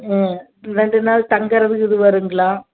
ம் ரெண்டு நாள் தங்குறதுக்கு இது வரும்ங்களா